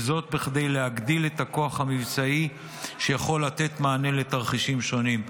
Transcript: וזאת בכדי להגדיל את הכוח המבצעי שיכול לתת מענה לתרחישים שונים.